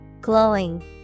Glowing